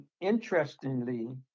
Interestingly